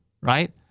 right